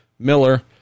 Miller